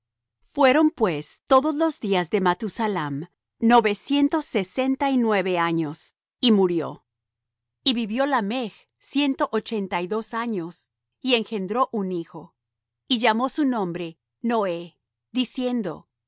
fueron pues todos los días de mathusalam novecientos sesenta y nueve años y murió y vivió lamech ciento ochenta y dos años y engendró un hijo y llamó su nombre noé diciendo